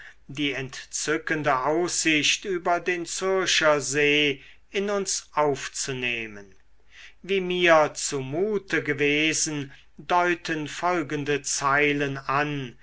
die entzückende aussicht über den zürcher see in uns aufzunehmen wie mir zu mute gewesen deuten folgende zeilen an